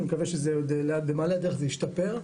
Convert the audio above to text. אני מקווה שזה עוד במעלה הדרך זה ישתפר,